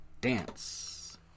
Dance